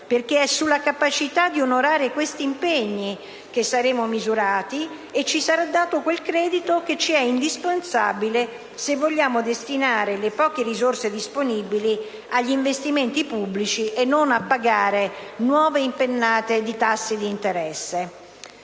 perché è sulla capacità di onorare questi impegni che saremo misurati e ci sarà dato quel credito che ci è indispensabile se vogliamo destinare le poche risorse disponibili agli investimenti pubblici e non a pagare nuove impennate di tassi di interesse.